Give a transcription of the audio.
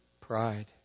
pride